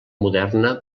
moderna